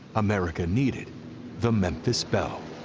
america needed the memphis belle.